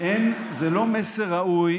זה לא מסר ראוי